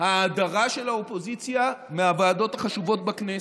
ההדרה של האופוזיציה מהוועדות החשובות בכנסת,